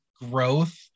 growth